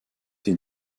ces